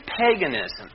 paganism